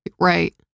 Right